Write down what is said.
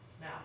Now